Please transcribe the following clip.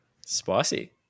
Spicy